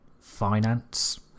finance